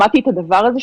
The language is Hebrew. שמעתי את הדבר הזה,